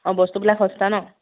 অঁ বস্তুবিলাক সস্তা ন